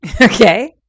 Okay